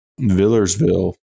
Villersville